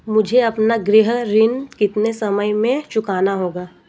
मुझे अपना गृह ऋण कितने समय में चुकाना होगा?